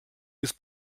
ist